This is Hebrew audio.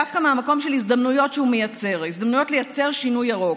דווקא מהמקום של הזדמנויות שהוא מייצר: הזדמנויות לייצר שינוי ירוק.